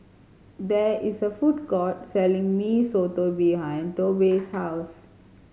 there is a food court selling Mee Soto behind Tobe's house